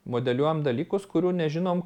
modeliuojam dalykus kurių nežinom